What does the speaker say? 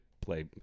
play